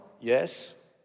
Yes